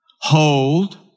hold